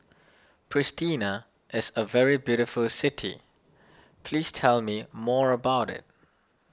Pristina is a very beautiful city please tell me more about it